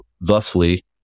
thusly